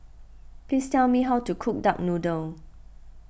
please tell me how to cook Duck Noodle